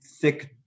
thick